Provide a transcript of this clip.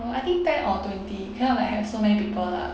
uh I think ten or twenty cannot like have so many people lah